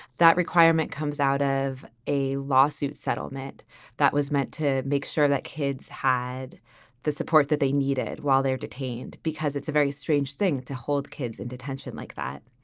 that requirement comes out of a lawsuit settlement that was meant to make sure that kids had the support that they needed while they were detained, because it's a very strange thing to hold kids in detention like that.